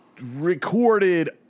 recorded